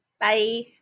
Bye